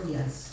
Yes